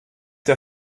der